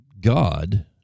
God